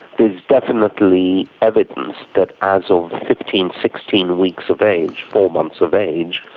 there's definitely evidence that as of fifteen, sixteen weeks of age, four months of age,